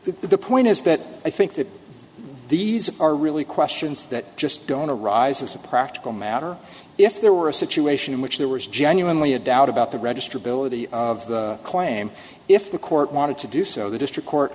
the point is that i think that these are really questions that just going to rise as a practical matter if there were a situation in which there was genuinely a doubt about the register ability of the claim if the court wanted to do so the district court